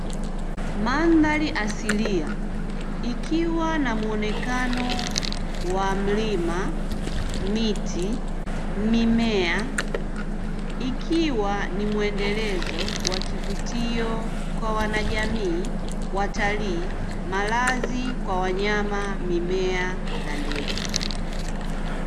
Madhari asilia ikiwa na mwonekano wa mlima, miti, mimea ikiwa ni mwendelezo wa kivutio kwa wanajamii, watalii, malazi kwa wanyama, mimea na ndege.